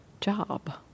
job